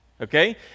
okay